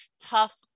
tough